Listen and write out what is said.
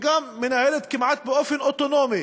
שגם מנהלת כמעט באופן אוטונומי